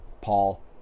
paul